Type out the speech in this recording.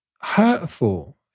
hurtful